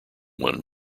one